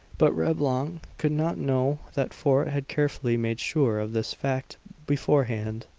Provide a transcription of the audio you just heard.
but reblong could not know that fort had carefully made sure of this fact beforehand.